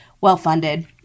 well-funded